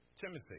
Timothy